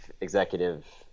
executive